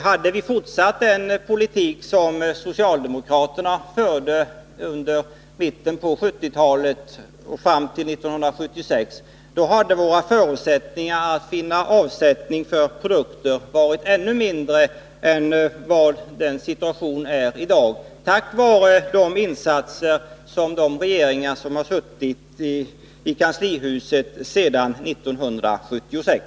Hade vi fortsatt den politik som socialdemokraterna förde fram till 1976, då hade våra förutsättningar att finna avsättning för produkterna varit ännu mindre än de är i den situation som råder i dag tack vare de insatser som de regeringar gjort som suttit i kanslihuset sedan 1976.